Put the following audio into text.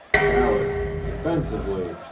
dallas, defensively,